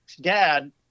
dad